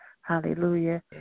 hallelujah